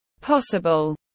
possible